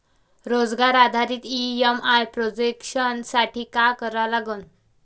रोजगार आधारित EMI projection साठी का करा लागन?